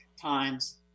times